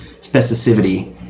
Specificity